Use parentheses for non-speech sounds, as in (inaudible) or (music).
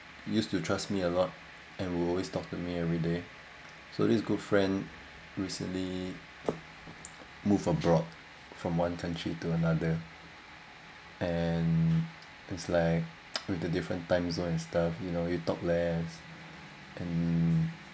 used to trust me a lot and will always talk to me every day so this good friend recently moved abroad from one country to another and it's like (noise) with the different time zones and stuff you know you talk less and